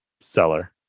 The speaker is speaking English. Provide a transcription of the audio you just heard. seller